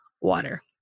water